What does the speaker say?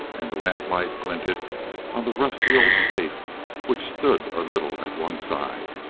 and the lamplight glinted on the rusty old safe which stood a little at one side.